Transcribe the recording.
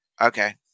Okay